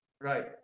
right